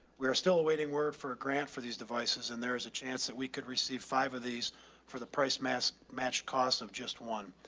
we are still awaiting word for a grant for these devices and there is a chance that we could receive five of these for the price mass matched costs of just one.